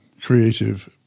creative